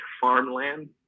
farmland